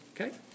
okay